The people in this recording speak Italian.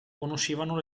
conoscevano